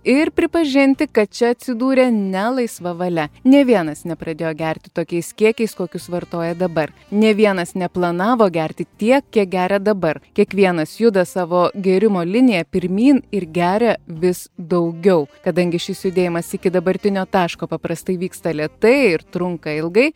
ir pripažinti kad čia atsidūrė ne laisva valia nė vienas nepradėjo gert tokiais kiekiais kokius vartoja dabar nė vienas neplanavo gerti tiek kiek geria dabar kiekvienas juda savo gėrimo linija pirmyn ir geria vis daugiau kadangi šis judėjimas iki dabartinio taško paprastai vyksta lėtai trunka ilgai